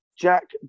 Jack